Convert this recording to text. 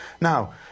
Now